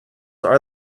are